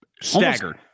Staggered